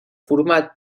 format